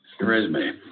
resume